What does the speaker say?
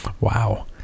Wow